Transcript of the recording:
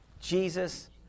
Jesus